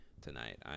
tonight